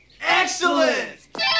Excellent